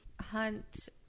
hunt